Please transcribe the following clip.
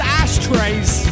ashtrays